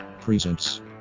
Presents